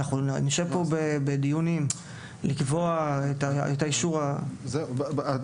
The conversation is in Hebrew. אנחנו נשב פה בדיונים כדי לקבוע את האישור --- בעצם,